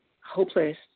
hopeless